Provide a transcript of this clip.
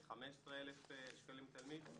כ-15,000 שקלים לתלמיד.